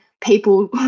people